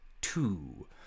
two